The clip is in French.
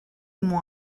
moi